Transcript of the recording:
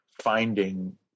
finding